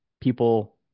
people